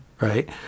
Right